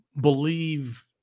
believe